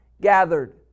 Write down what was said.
gathered